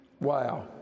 wow